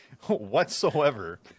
Whatsoever